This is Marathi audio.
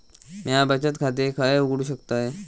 म्या बचत खाते खय उघडू शकतय?